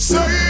Say